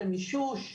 במימוש,